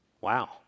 Wow